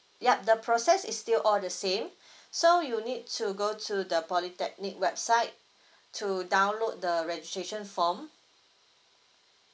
yup the process is still all the same so you need to go to the polytechnic website to download the registration form